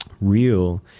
real